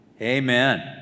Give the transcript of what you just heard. Amen